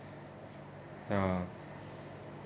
ya